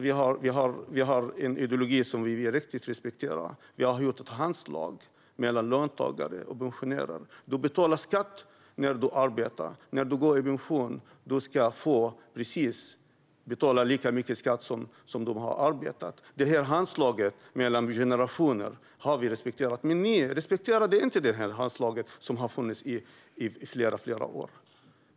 Vi har en ideologi som handlar om respekt på riktigt. Vi har gjort ett handslag mellan löntagare och pensionärer. Man betalar skatt när man arbetar. När man gått i pension ska man betala precis lika mycket skatt som när man arbetade. Detta handslag mellan generationer har vi respekterat. Men ni respekterade inte det här handslaget, som har funnits i flera år.